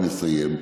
אני מסיים.